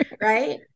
Right